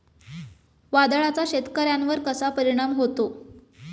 वादळाचा शेतकऱ्यांवर कसा परिणाम होतो?